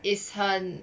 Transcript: is 很